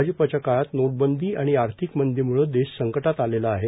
भाजपच्या काळात नोटबंदी आणि आर्थिक मंदीम्ळे देश संकटात आलेला आहे